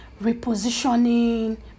repositioning